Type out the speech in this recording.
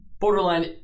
borderline